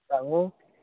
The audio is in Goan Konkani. सांगू